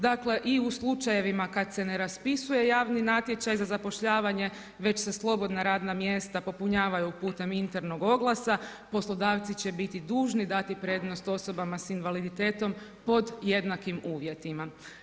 Dakle i u slučajevima kada se ne raspisuje javni natječaj za zapošljavanje već se slobodna radna mjesta popunjavaju putem internog oglasa, poslodavci će biti dužni dati prednost osobama sa invaliditetom pod jednakim uvjetima.